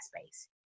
space